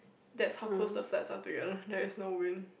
that's how close the flats are together there is no wind